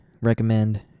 recommend